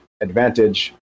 advantage